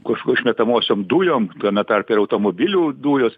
kažk išmetamosiom dujom tame tarpe ir automobilių dujos